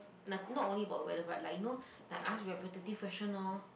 not not only about the weather but like you know ask repetitive question lor